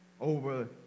over